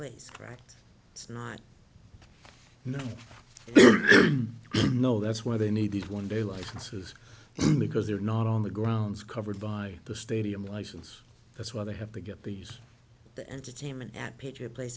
place right it's not no no that's why they need these one day licenses because they're not on the grounds covered by the stadium license that's why they have to get these the entertainment at pitcher place